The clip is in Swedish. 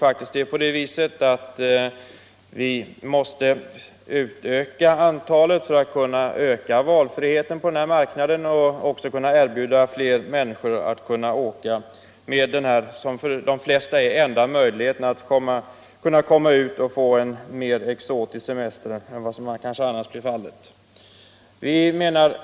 Vi måste nämligen öka antalet resmål för att öka valfriheten på marknaden och erbjuda fler märniskor att åka med charterflyg, som för de flesta är den enda möjligheten att få en mer exotisk semester än vad de annars kan få.